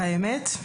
האמת,